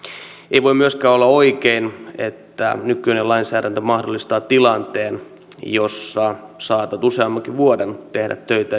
ei voi myöskään olla oikein että nykyinen lainsäädäntö mahdollistaa tilanteen että saatat useammankin vuoden tehdä